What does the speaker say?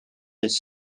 his